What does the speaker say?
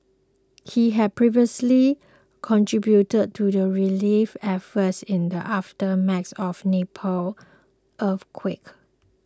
he had previously contributed to the relief efforts in the aftermath of Nepal earthquake